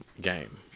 game